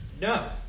No